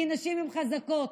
כי נשים הן חזקות,